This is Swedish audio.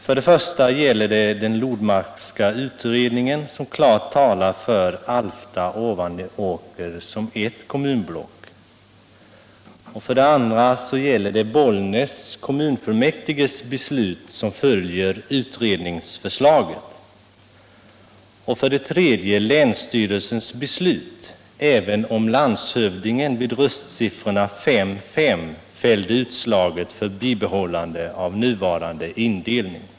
För det första gäller det den Lodmarkska utredningen, som klart talar för Alfta-Ovanåker som ett kommunblock, för det andra gäller det Bollnäs kommunfullmäktiges beslut som följer utredningsförslaget och för det tredje länsstyrelsens beslut, även om landshövdingen vid röstsiffrorna 5-5 fällde utslaget för bibehållande av nuvarande indelning.